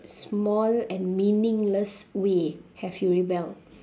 small and meaningless way have you rebelled